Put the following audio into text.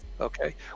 Okay